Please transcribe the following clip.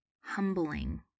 humbling